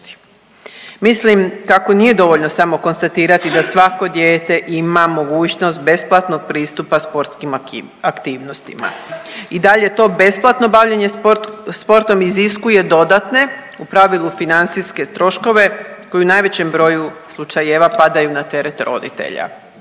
Mislim kako nije dovoljno samo konstatirati da svako dijete ima mogućnost besplatnog pristupa sportskim aktivnostima i dalje to besplatno bavljenje sportom iziskuje dodatne u pravilu financijske troškove koji u najvećem broju slučajeva padaju na teret roditelja.